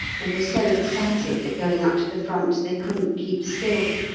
and were so excited at going up to the front they couldn't keep still.